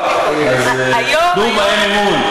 תנו בהם אמון.